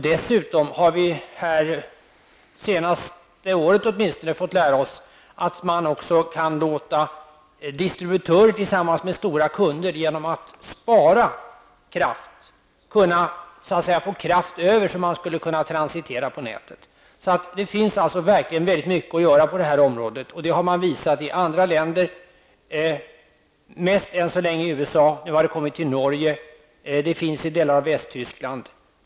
Dessutom har vi det senaste året fått lära oss att man också kan låta distributörer tillsammans med stora kunder genom att spara kraft få kraft över som kan transiteras på nätet. Det finns verkligen mycket att göra på området. Det har man visat i andra länder, mest än så länge i USA. Nu har det kommit till Norge, och det finns i delar av Västtyskland.